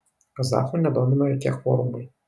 kazachų nedomino jokie kvorumai